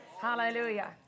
Hallelujah